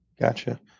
Gotcha